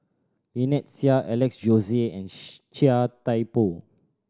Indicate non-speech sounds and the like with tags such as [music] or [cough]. Lynnette Seah Alex Josey and [unintelligible] Chia Thye Poh